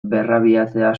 berrabiatzea